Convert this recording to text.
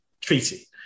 treaty